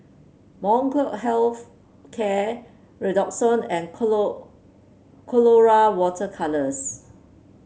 Molnylcke Health Care Redoxon and Colora Water Colours